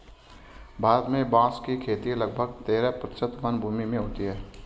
भारत में बाँस की खेती लगभग तेरह प्रतिशत वनभूमि में होती है